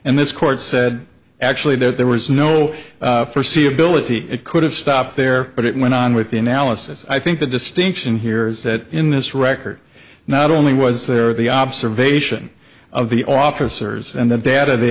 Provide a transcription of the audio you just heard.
and this court said actually that there was no forsee ability it could have stopped there but it went on with the analysis i think the distinction here is that in this record not only was there the observation of the officers and the data they